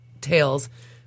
tails